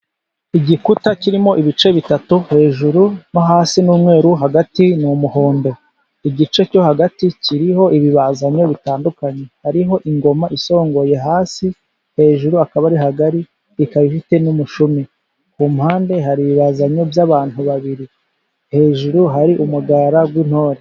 Igikuta kirimo ibice bitatu, hejuru no hasi n'umweru, hagati ni umuhondo. Igice cyo hagati kiriho ibibazanyo bitandukanye, hariho ingoma isongoye, hejuru akaba ari hagari, ikaba ifite n'umushumi. Ku mpande hari ibibazanyo by'abantu babiri, hejuru hari umugara w'intore.